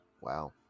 Wow